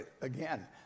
again